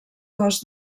cos